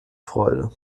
freude